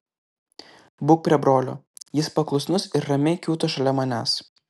būk prie brolio jis paklusnus ir ramiai kiūto šalia manęs